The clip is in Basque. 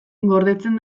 gordetzen